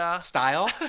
style